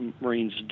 Marines